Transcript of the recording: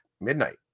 midnight